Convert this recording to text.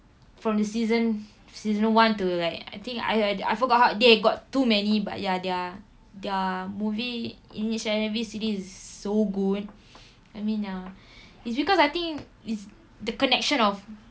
from the season season one to like I think I I I forgot how they got too many but ya their their movie in each and every series is so good I mean ya it's because I think is the connection of